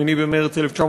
ב-8 במרס 1917,